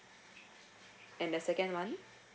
and the second one